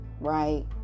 right